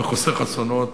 וחוסך אסונות